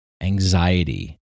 anxiety